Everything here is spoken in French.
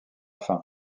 fin